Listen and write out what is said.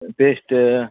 paste